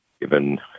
given